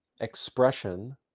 expression